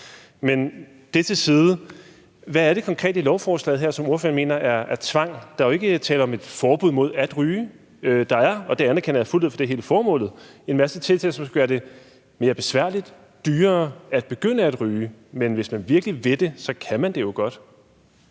Men det til side: Hvad er det konkret i lovforslaget her, som ordføreren mener er tvang? Der er jo ikke tale om et forbud imod at ryge. Der er – det anerkender jeg fuldt ud, for det er hele formålet – en masse tiltag, der skal gøre det mere besværligt og dyrere at begynde at ryge. Men hvis man virkelig vil det, kan man jo godt.